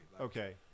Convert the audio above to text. Okay